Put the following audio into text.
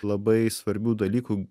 labai svarbių dalykų